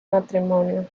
matrimonio